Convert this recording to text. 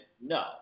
no